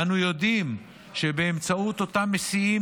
ואנו יודעים שבאמצעות אותם מסיעים,